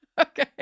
Okay